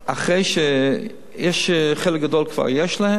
אחרי שיש חלק גדול שכבר יש להם,